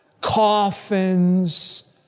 Coffins